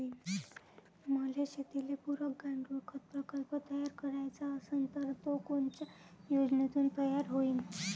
मले शेतीले पुरक गांडूळखत प्रकल्प तयार करायचा असन तर तो कोनच्या योजनेतून तयार होईन?